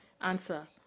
Answer